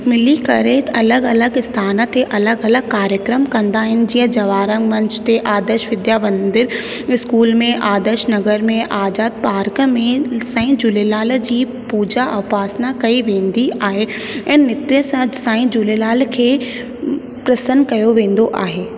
मिली करे अलॻि अलॻि स्थान ते अलॻि अलॻि कार्यक्रम कंदा आहिनि जीअं जवारा मंच ते आदर्श विद्या मंदिर स्कूल में आदर्श नगर में आज़ाद पार्क में साईं झूलेलाल जी पूजा उपासना कई वेंदी आहे ऐं नृत्य सां साई झूलेलाल खे प्रसन्न कयो वेंदो आहे